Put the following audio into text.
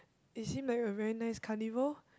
it seem like a very nice carnival